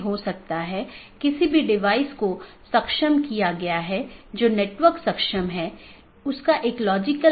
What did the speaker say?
हम बताने की कोशिश कर रहे हैं कि राउटिंग प्रोटोकॉल की एक श्रेणी इंटीरियर गेटवे प्रोटोकॉल है